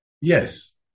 yes